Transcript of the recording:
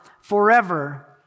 forever